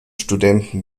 studenten